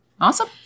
Awesome